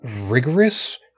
rigorous